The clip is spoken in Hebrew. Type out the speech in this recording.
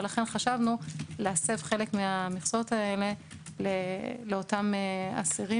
ולכן חשבנו להסב חלק מהמכסות האלה לאותם אסירים